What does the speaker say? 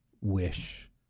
Wish